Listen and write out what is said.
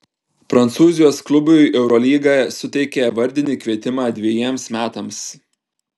prancūzijos klubui eurolyga suteikė vardinį kvietimą dvejiems metams